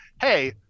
hey